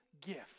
gift